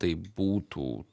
taip būtų